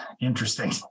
interesting